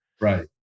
Right